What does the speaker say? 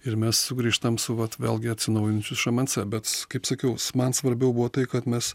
ir mes sugrįžtam su vat vėlgi atsinaujinančiu šmc bet kaip sakiau sman svarbiau buvo tai kad mes